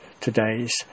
today's